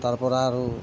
তাৰ পৰা আৰু